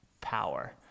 power